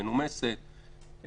מנומסת,